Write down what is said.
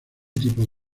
tipo